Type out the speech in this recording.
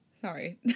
Sorry